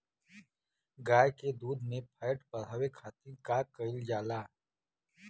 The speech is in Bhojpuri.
गाय के दूध में फैट बढ़ावे खातिर का कइल जाला?